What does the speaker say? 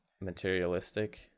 materialistic